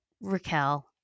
Raquel